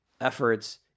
efforts